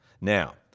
Now